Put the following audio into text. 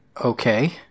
okay